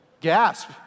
Gasp